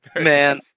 Man